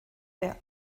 their